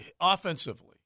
offensively